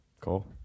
Cool